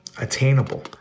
attainable